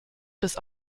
bis